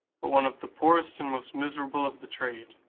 but one of the poorest and most miserable of the trade.